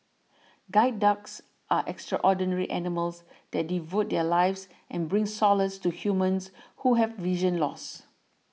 guide dogs are extraordinary animals that devote their lives and bring solace to humans who have vision loss